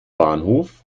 bahnhof